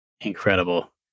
Incredible